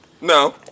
No